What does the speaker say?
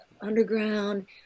underground